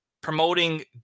promoting